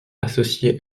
associée